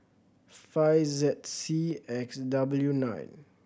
five Z C X W nine